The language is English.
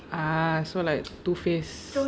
ah so like two face